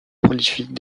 prolifique